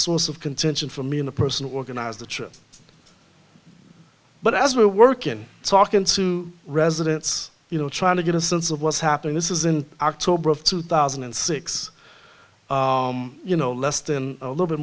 source of contention for me in the person who organized the trip but as we work in talking to residents you know trying to get a sense of what's happening this is in october of two thousand and six you know less than a little